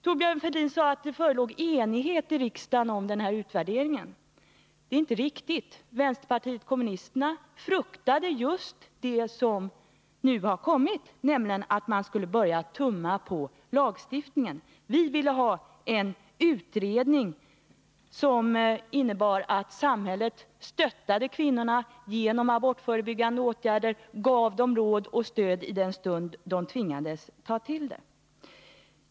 Thorbjörn Fälldin sade att det förelåg enighet i riksdagen om utvärdering en. Det är inte riktigt. Vänsterpartiet kommunisterna fruktade just det som Nr 21 nu har kommit, nämligen att man skulle börja tumma på lagstiftningen. Vi Tisdagen den ville ha en utredning som innebar att samhället stöttade kvinnorna genom 11 november 1980 abortförebyggande åtgärder, gav dem råd och stöd i den stund de tvingades ta till abort.